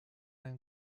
ein